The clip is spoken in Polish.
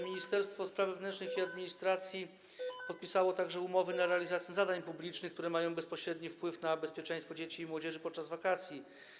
Ministerstwo Spraw Wewnętrznych i Administracji podpisało także umowy na realizację zadań publicznych, które mają bezpośredni wpływ na bezpieczeństwo dzieci i młodzieży podczas wakacji.